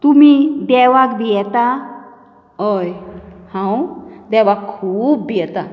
तुमी देवाक भियेंता हय हांव देवाक खूब भियेता